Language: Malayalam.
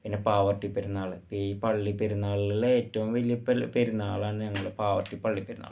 പിന്നെ പാവറട്ടി പെരുന്നാള് അപ്പം ഈ പള്ളിപ്പെരുന്നാളുകളിലെ ഏറ്റവും വലിയ പെരുന്നാളാണ് ഞങ്ങളുടെ പാവറട്ടി പള്ളിപ്പെരുന്നാള്